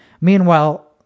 Meanwhile